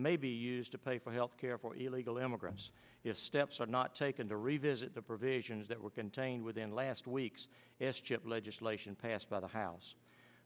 may be used to pay for health care for illegal immigrants if steps are not taken to revisit the provisions that were contained within last week's s chip legislation passed by the house